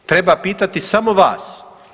Treba pitati samo vas.